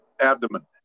abdomen